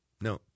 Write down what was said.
no